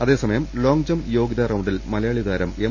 അതേസമയം ലോങ്ജംപ് യോഗൃതാ റൌണ്ടിൽ മലയാളി താരം എം